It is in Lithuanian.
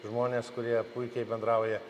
žmonės kurie puikiai bendrauja